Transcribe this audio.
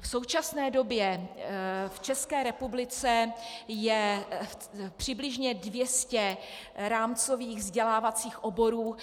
V současné době v České republice je přibližně dvě stě rámcových vzdělávacích oborů,